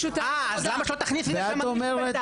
אז למה שלא תכניסי לשם אנשים בינתיים?